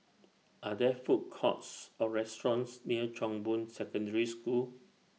Are There Food Courts Or restaurants near Chong Boon Secondary School